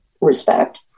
respect